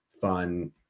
fun